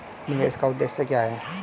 निवेश का उद्देश्य क्या है?